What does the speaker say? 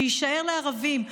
שיישאר לערבים,